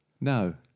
No